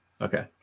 Okay